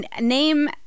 Name